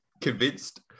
convinced